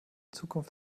zukunft